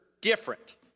different